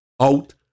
out